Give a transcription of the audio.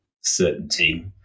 certainty